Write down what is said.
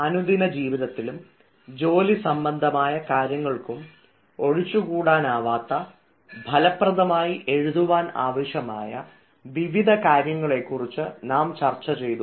അനുദിനജീവിതത്തിലും ജോലി സംബന്ധമായ കാര്യങ്ങൾക്കും ഒഴിച്ചുകൂടാനാവാത്ത ഫലപ്രദമായി എഴുതുവാൻ ആവശ്യമായ വിവിധ കാര്യങ്ങളെ കുറിച്ച് നാം ചർച്ച ചെയ്തു